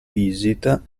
visita